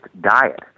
diet